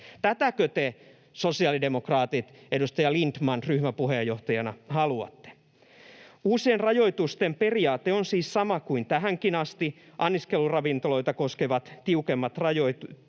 Tätäkö te sosiaalidemokraatit, edustaja Lindtman ryhmäpuheenjohtajana, haluatte? Uusien rajoitusten periaate on siis sama kuin tähänkin asti. Anniskeluravintoloita koskisivat tiukemmat rajoitukset